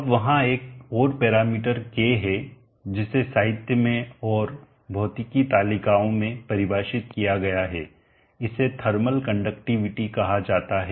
अब वहां एक और पैरामीटर k है जिसे साहित्य में और भौतिकी तालिकाओं में परिभाषित किया गया है इसे थर्मल कंडक्टिविटी कहा जाता है